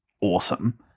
awesome